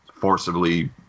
forcibly